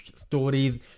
stories